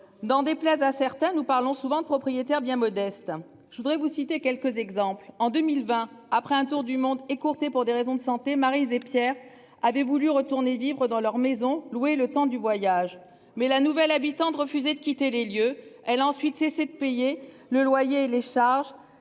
Dans places à certains. Nous parlons souvent propriétaires bien modeste. Je voudrais vous citer quelques exemples en 2020 après un tour du monde écourtée pour des raisons de santé. Maryse et Pierre avait voulu retourner vivre dans leur maison louée le temps du voyage mais la nouvelle habitante refusé de quitter les lieux. Elle a ensuite cessé de payer le loyer. Les chars